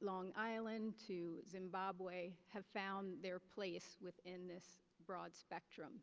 long island to zimbabwe have found their place within this broad spectrum.